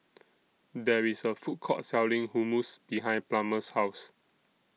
There IS A Food Court Selling Hummus behind Plummer's House